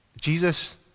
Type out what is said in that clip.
Jesus